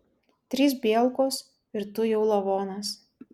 trys bielkos ir tu jau lavonas